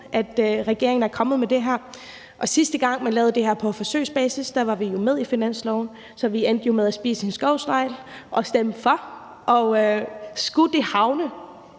at regeringen er kommet med det her, og sidste gang, man lavede det her på forsøgsbasis, var vi jo med i finansloven, så vi endte med at spise en skovsnegl og stemme for. Og skulle det havne